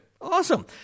Awesome